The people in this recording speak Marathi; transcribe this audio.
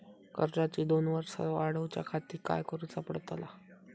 कर्जाची दोन वर्सा वाढवच्याखाती काय करुचा पडताला?